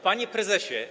Panie Prezesie!